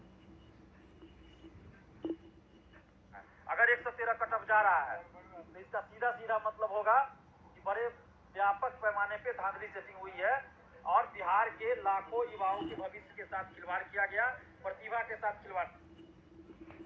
खाता खोलावे में कौनो खर्चा भी लगो है?